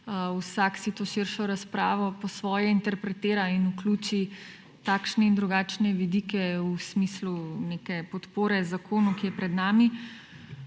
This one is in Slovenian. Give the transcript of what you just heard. vsak si to širšo razpravo po svoje interpretira in vključi takšne in drugačne vidike. V smislu neke podpore zakonu, ki je pred nami,